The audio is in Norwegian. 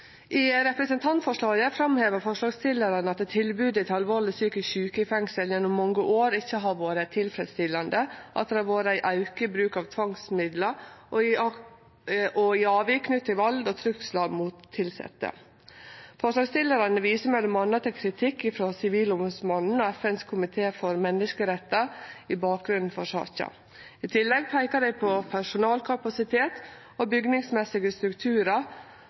I representantforslaget framhevar forslagsstillarane at tilbodet til alvorleg psykisk sjuke i fengsel gjennom mange år ikkje har vore tilfredsstillande, og at det har vore ein auke i bruk av tvangsmiddel og i avvik knytt til vald og trugslar mot tilsette. Forslagsstillarane viser m.m. til kritikk frå Sivilombodsmannen og FNs komité for menneskerettar i bakgrunnen for saka. I tillegg peikar dei på at personalkapasitet og byggmessige strukturar